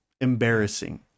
embarrassing